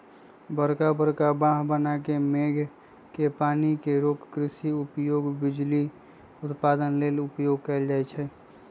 बरका बरका बांह बना के मेघ के पानी के रोक कृषि उपयोग, बिजली उत्पादन लेल उपयोग कएल जाइ छइ